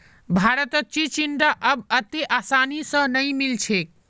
बाजारत चिचिण्डा अब अत्ते आसानी स नइ मिल छेक